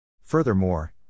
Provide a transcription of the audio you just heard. Furthermore